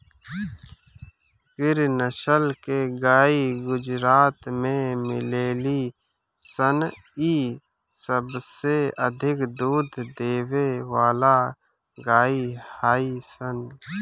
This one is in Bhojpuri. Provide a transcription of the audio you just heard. गिर नसल के गाई गुजरात में मिलेली सन इ सबसे अधिक दूध देवे वाला गाई हई सन